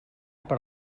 per